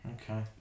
okay